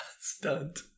Stunt